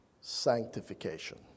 sanctification